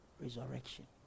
resurrection